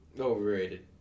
Overrated